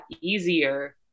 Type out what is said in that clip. easier